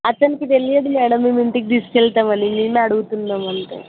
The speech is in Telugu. అతనికి తెలియదు మ్యాడమ్ మేము ఇంటికి తీసుకెళ్తాం అని మేమే అడుగుతున్నాం అంతే